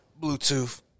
Bluetooth